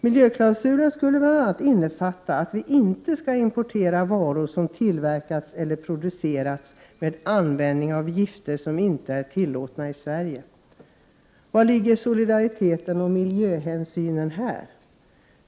Miljöklausulen skulle bl.a. innefatta att vi inte skall importera varor som tillverkats eller producerats med användning av gifter som inte är tillåtna i Sverige. Var ligger solidariteten och miljöhänsynen här?